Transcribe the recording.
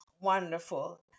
Wonderful